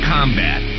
Combat